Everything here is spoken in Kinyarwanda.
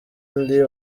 ndi